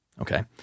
okay